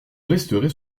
resterez